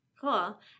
cool